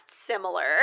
similar